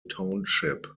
township